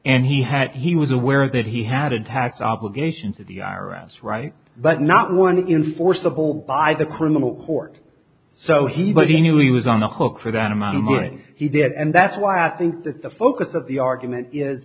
and he had he was aware that he had a tax obligation to the iran's right but not one in forcible by the criminal court so he but he knew he was on the hook for that amount of money he did and that's why i think that the focus of the argument is